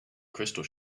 crystal